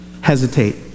hesitate